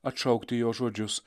atšaukti jo žodžius